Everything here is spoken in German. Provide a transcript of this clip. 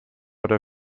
oder